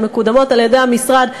שמקודמות על-ידי המשרד,